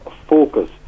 focus